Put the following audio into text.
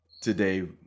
today